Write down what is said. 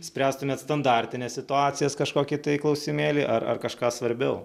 spręstumėt standartines situacijas kažkokį tai klausimėlį ar ar kažką svarbiau